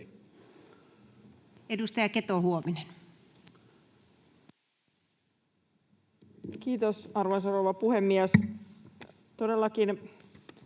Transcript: Edustaja Keto-Huovinen. Kiitos, arvoisa rouva puhemies!